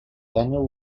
daniel